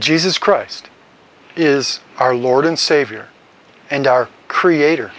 jesus christ is our lord and savior and our creator